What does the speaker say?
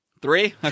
Three